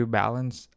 balance